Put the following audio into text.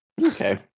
Okay